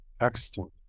Excellent